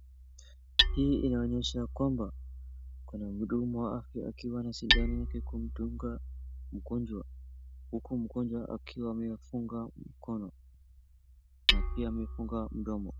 Hii inaonyesha ya kwamba kuna mhudumu wa afya akiwa na shindano yake kumdunga mgonjwa, huku mgonjwa akiwa amefunga mkono na pia amefunga mdomo.